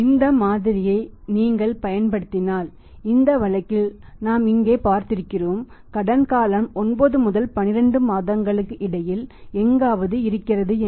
இந்த மாதிரியை நீங்கள் பயன்படுத்தினால் இந்த வழக்கில் நாம் இங்கே பார்த்திருக்கிறோம் கடன் காலம் 9 முதல் 12 மாதங்களுக்கு இடையில் எங்காவது இருக்கிறது என்று